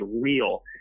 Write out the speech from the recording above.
real